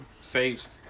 saves